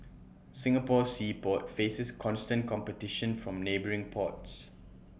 Singapore's sea port faces constant competition from neighbouring ports